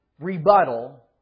Rebuttal